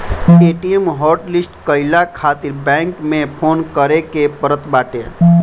ATM hotlist कईला खातिर bank में फोन करे के पड़त बाटे